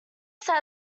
sat